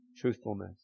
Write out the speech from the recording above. truthfulness